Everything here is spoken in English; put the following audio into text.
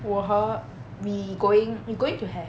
我和 we going we going to have